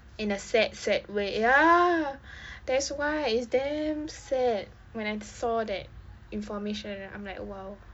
in a sad sad way ya that's why it's damn sad when I saw that information and I'm like !wow!